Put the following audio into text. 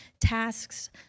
tasks